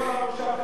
את כל המושב,